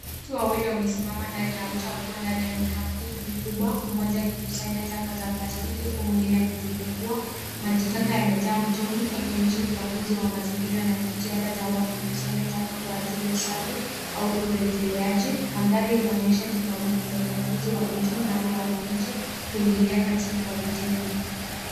Watu wawili wamesimama ndani ya mto wakiwa ndani ya mikapu mikubwa mmoja akikusanya taka za plastiki huku mwingine akizipekua. Maji taka yamejaa mtoni akionyesha uchafuzi wa mazingira na jitihada za watu kukusanya taka kwa ajili ya usafi au urejeleaji. Mandhari inaonyesha changamoto za uchafuzi wa mito na hali ya wananchi kuingilia katili kwa vitendo.